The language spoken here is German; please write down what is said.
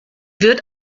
wird